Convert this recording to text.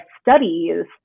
studies